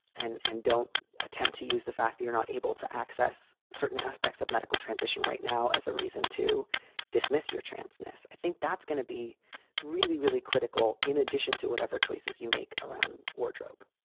and and don't attempt to use the fact you're not able to access certain aspects of medical transition right now as a reason to dismiss your trans ness. i think that's going to be really, really critical in addition to whatever choices you make around wardrobe.